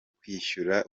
kwishyura